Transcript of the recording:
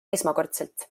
esmakordselt